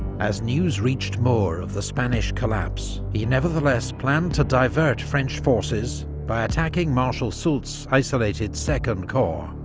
as news reached moore of the spanish collapse, he nevertheless planned to divert french forces by attacking marshal soult's isolated second corps,